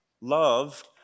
Love